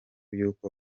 y’uko